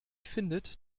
findet